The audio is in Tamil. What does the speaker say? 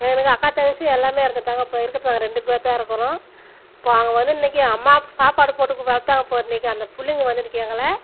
எங்களுக்கு அக்கா தங்கச்சி எல்லாமே இறந்துட்டாங்க இப்போ இருக்கிறது நாங்கள் ரெண்டு பேர் தான் இருக்கிறோம் இப்போது அவங்க வந்து இன்றைக்கு அம்மா சாப்பாடு போட்டு வளர்த்தாங்க பார் இன்றைக்கு அந்த பிள்ளைங்க வந்து இன்றைக்கு எங்களை